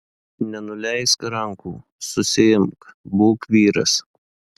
nenuleisk rankų susiimk būk vyras